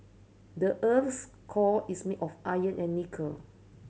the earth core is made of iron and nickel